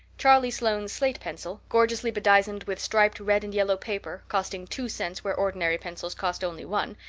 charlie sloane's slate pencil, gorgeously bedizened with striped red and yellow paper, costing two cents where ordinary pencils cost only one,